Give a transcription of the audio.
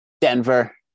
Denver